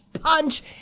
punch